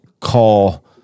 call